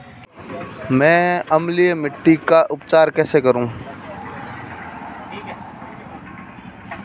मैं अम्लीय मिट्टी का उपचार कैसे करूं?